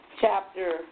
chapter